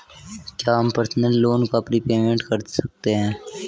क्या हम personal loan का प्रीपेमेंट कर सकते हैं?